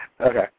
Okay